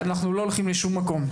אנחנו לא הולכים לשום מקום.